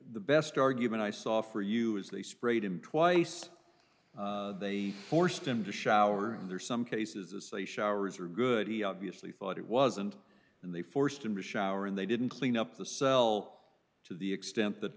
the best argument i saw for you is they sprayed him twice they forced him to shower in there some cases they showers are good he obviously thought it wasn't they forced him to shower and they didn't clean up the cell to the extent that